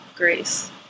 grace